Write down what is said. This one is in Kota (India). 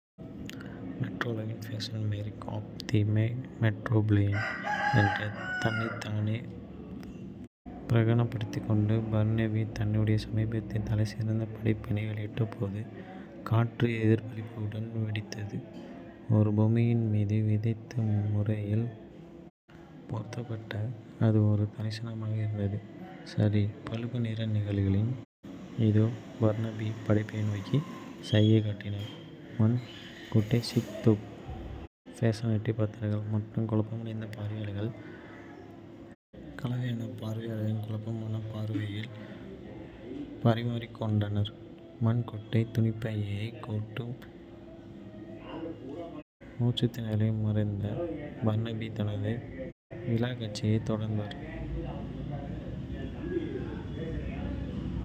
மெட்ரோபோலிஸின் fashion maverick of the Metropolis" என்று தன்னைத்தானே பிரகடனப்படுத்திக்கொண்ட பர்னபி தன்னுடைய சமீபத்திய தலைசிறந்த படைப்பை வெளியிட்டபோது காற்று எதிர்பார்ப்புடன் வெடித்தது. ஒரு பொம்மையின் மீது வியத்தகு முறையில் போர்த்தப்பட்ட, அது ஒரு தரிசனமாக இருந்தது... சரி, பழுப்பு நிற நிழல்களில். இதோ!" பர்னபி படைப்பை நோக்கி சைகை காட்டினார். மண் குட்டை சிக்' தொகுப்பு. ஃ\பேஷன் எடிட்டர்கள் மற்றும் குழப்பமடைந்த பார்வையாளர்களின் கலவையான பார்வையாளர்கள் குழப்பமான பார்வையைப் பரிமாறிக் கொண்டனர். மண் குட்டை புதுப்பாணி" மறுபயன்பாட்டு மண்ணிலிருந்து வடிவமைக்கப்பட்ட ஆடைகளைக் கொண்டிருந்தது - ஆம், மண். கூட்டு மூச்சுத்திணறலை மறந்த பர்னபி, தனது விளக்கக்காட்சியைத் தொடர்ந்தார். கற்பனை செய்து பாருங்கள்," அவர் உற்சாகப்படுத்தினார், சிவப்புக் கம்பளத்தில் காலடி எடுத்து வைப்பது, மிகச்சிறந்த மண்ணின் மண் நேர்த்தியுடன் பளபளக்கிறது. இது நிலையானது, இது தனித்துவமானது, மேலும் இது தலைகளைத் திருப்புவது உறுதி.